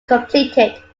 completed